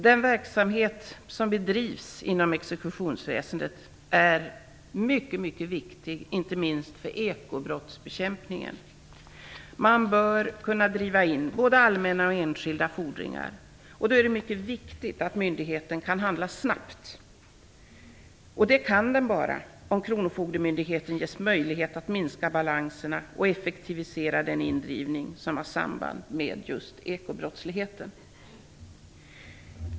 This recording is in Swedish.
Den verksamhet som bedrivs inom exekutionsväsendet är mycket viktig, inte minst för ekobrottsbekämpningen. Man bör kunna driva in både allmänna och enskilda fordringar, och det är då mycket viktigt att myndigheten kan handla snabbt. Det kan den bara göra om kronofogdemyndigheten ges möjlighet att minska balanserna och effektivisera den indrivning som har samband med just ekobrottsligheten.